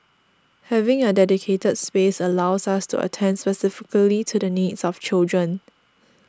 having a dedicated space allows us to attend specifically to the needs of children